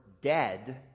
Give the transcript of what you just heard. dead